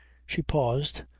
she paused,